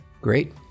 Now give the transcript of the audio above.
Great